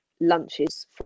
lunches